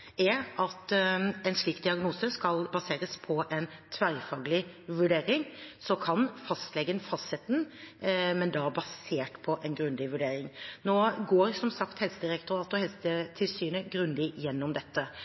en slik diagnose skal baseres på en tverrfaglig vurdering. Fastlegen kan fastsette den, men da basert på en grundig vurdering. Nå går som sagt Helsedirektoratet og Helsetilsynet grundig gjennom dette: